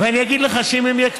ואני אגיד לך שאם הם יהיו כתובים,